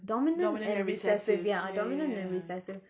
dominant and recessive ya dominant and recessive